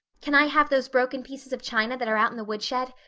can i have those broken pieces of china that are out in the woodshed?